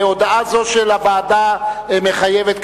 הודעה זו של הוועדה מחייבת,